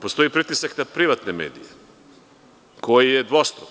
Postoji pritisak na privatne medije koji je dvostruk.